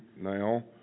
now